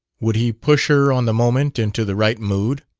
would he push her on the moment into the right mood?